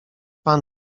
pan